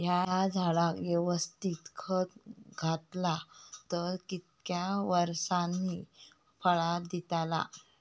हया झाडाक यवस्तित खत घातला तर कितक्या वरसांनी फळा दीताला?